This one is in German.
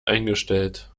eingestellt